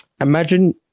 imagine